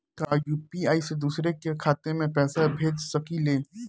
का यू.पी.आई से दूसरे के खाते में पैसा भेज सकी ले?